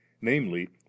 namely